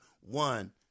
one